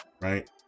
Right